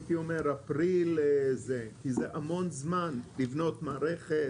כי זה המון זמן לבנות מערכת,